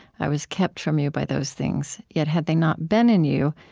i was kept from you by those things, yet had they not been in you,